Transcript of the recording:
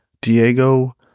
Diego